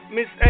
Miss